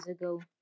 ago